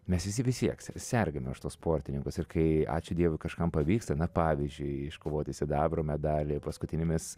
mes visi vis tiek sergame už tuos sportininkus ir kai ačiū dievui kažkam pavyksta na pavyzdžiui iškovoti sidabro medalį paskutinėmis